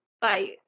bye